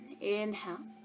inhale